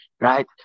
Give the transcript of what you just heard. right